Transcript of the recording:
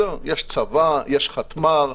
יש צבא, יש חטמ"ר.